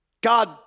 God